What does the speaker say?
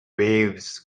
waves